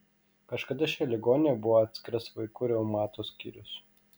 kažkada šioje ligoninėje buvo atskiras vaikų reumato skyrius